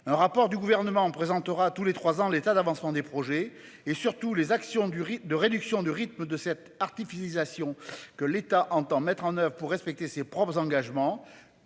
un rapport du gouvernement présentera tous les 3 ans, l'état d'avancement des projets et surtout les actions du rythme de réduction du rythme de cette artificialisation que l'État entend mettre en oeuvre pour respecter ses propres engagements.